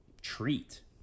treat